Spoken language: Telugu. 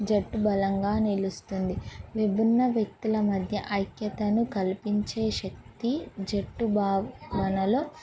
జట్టు బలంగా నిలుస్తుంది విభిన్న వ్యక్తుల మధ్య ఐక్యతను కల్పించే శక్తి జట్టు భావ మనలో